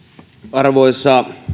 arvoisa